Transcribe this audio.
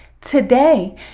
Today